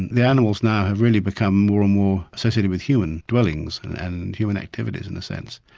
the animals now have really become more and more associated with human dwellings and and human activities in a sense.